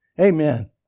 Amen